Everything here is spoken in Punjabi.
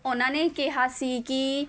ਉਹਨਾਂ ਨੇ ਕਿਹਾ ਸੀ ਕਿ